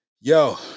Yo